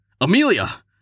Amelia